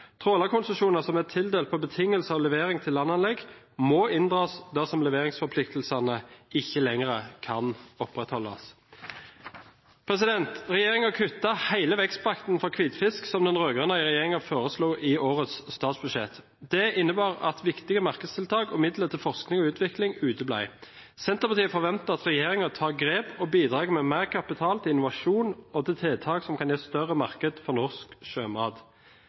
Trålerkonsesjoner som er tildelt på betingelse av levering til landanlegg, må inndras dersom leveringsforpliktelsene ikke lenger kan opprettholdes. Regjeringen kuttet hele vekstpakken for hvitfisk som den rød-grønne regjeringen foreslo i årets statsbudsjett. Det innebar at viktige markedstiltak og midler til forskning og utvikling uteble. Senterpartiet forventer at regjeringen tar grep og bidrar med mer kapital til innovasjon og til tiltak som kan gi større markeder for norsk sjømat.